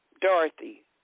Dorothy